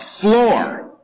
floor